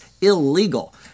illegal